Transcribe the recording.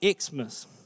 Xmas